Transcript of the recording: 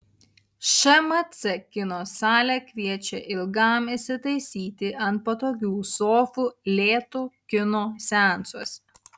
šmc kino salė kviečia ilgam įsitaisyti ant patogių sofų lėto kino seansuose